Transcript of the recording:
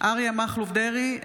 אריה מכלוף דרעי,